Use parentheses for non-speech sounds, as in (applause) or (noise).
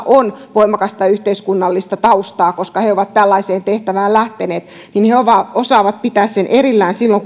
(unintelligible) on voimakasta yhteiskunnallista taustaa koska he ovat tällaiseen tehtävään lähteneet ja he osaavat pitää sen erillään silloin (unintelligible)